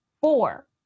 Four